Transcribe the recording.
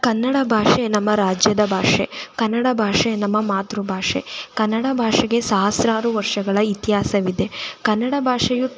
ಕನ್ನಡ ಭಾಷೆ ನಮ್ಮ ರಾಜ್ಯದ ಭಾಷೆ ಕನ್ನಡ ಭಾಷೆ ನಮ್ಮ ಮಾತೃಭಾಷೆ ಕನ್ನಡ ಭಾಷೆಗೆ ಸಹಸ್ರಾರು ವರ್ಷಗಳ ಇತಿಹಾಸವಿದೆ ಕನ್ನಡ ಭಾಷೆಯು